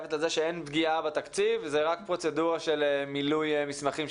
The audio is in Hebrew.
מתחייבת לזה שאין פגיעה בתקציב וזו רק פרוצדורה של מילוי מסמכים.